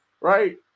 right